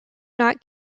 not